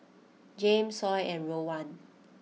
Jame Sol and Rowan